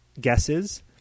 guesses—